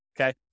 okay